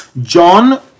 John